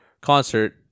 concert